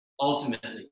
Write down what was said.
ultimately